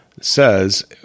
says